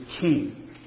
king